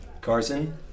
Carson